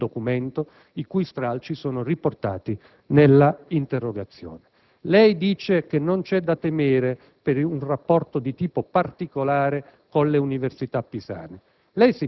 nel documento, i cui stralci sono riportati nell'interrogazione. Lei dice che non c'è da temere per il rapporto di tipo particolare con le università pisane.